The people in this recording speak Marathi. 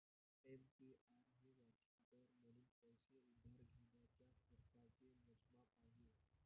ए.पी.आर हे वार्षिक दर म्हणून पैसे उधार घेण्याच्या खर्चाचे मोजमाप आहे